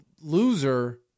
loser